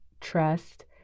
trust